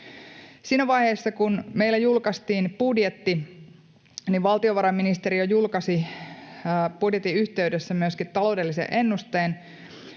Siinä vaiheessa, kun meillä julkaistiin budjetti, valtiovarainministeriö julkaisi budjetin yhteydessä myöskin taloudellisen ennusteen,